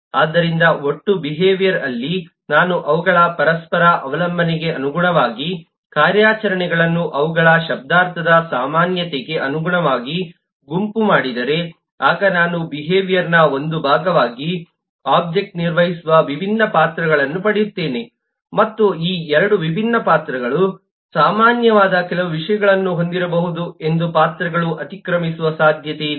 ಆದ್ದರಿಂದ ಒಟ್ಟು ಬಿಹೇವಿಯರ್ ಅಲ್ಲಿ ನಾನು ಅವುಗಳ ಪರಸ್ಪರ ಅವಲಂಬನೆಗೆ ಅನುಗುಣವಾಗಿ ಕಾರ್ಯಾಚರಣೆಗಳನ್ನು ಅವುಗಳ ಶಬ್ದಾರ್ಥದ ಸಾಮಾನ್ಯತೆಗೆ ಅನುಗುಣವಾಗಿ ಗುಂಪು ಮಾಡಿದರೆ ಆಗ ನಾನು ಬಿಹೇವಿಯರ್ನ ಒಂದು ಭಾಗವಾಗಿ ಒಬ್ಜೆಕ್ಟ್ ನಿರ್ವಹಿಸುವ ವಿಭಿನ್ನ ಪಾತ್ರಗಳನ್ನು ಪಡೆಯುತ್ತೇನೆ ಮತ್ತು ಈ 2 ವಿಭಿನ್ನ ಪಾತ್ರಗಳು ಸಾಮಾನ್ಯವಾದ ಕೆಲವು ವಿಷಯಗಳನ್ನು ಹೊಂದಿರಬಹುದು ಎಂದು ಪಾತ್ರಗಳು ಅತಿಕ್ರಮಿಸುವ ಸಾಧ್ಯತೆಯಿದೆ